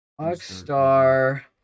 Rockstar